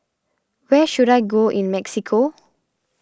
where should I go in Mexico